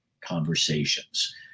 conversations